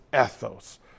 ethos